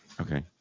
Okay